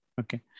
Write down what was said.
okay